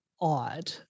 odd